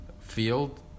field